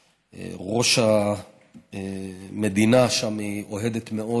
שראש המדינה שם היא אוהדת מאוד